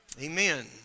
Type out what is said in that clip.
amen